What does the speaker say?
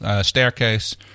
staircase